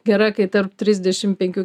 gera kai tarp trisdešim penkių